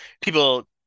people